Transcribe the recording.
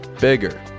bigger